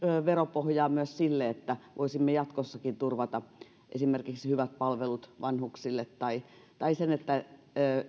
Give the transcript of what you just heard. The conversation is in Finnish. veropohjaa myös sille että voisimme jatkossakin turvata esimerkiksi hyvät palvelut vanhuksille tai tai sen että